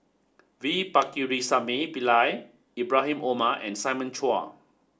V Pakirisamy Pillai Ibrahim Omar and Simon Chua